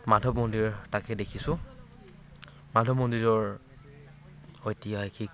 মাধৱ মন্দিৰ তাকে দেখিছোঁ মাধৱ মন্দিৰৰ ঐতিহাসিক